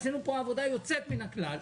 עשינו פה עבודה יוצאת מן הכלל.